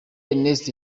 ernest